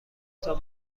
تان